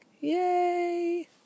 Yay